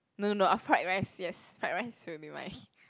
no no I fried rice yes fried rice will be mine